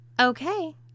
Okay